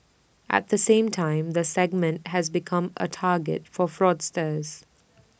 at the same time the segment has become A target for fraudsters